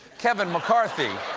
kevin mccarthy.